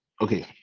Okay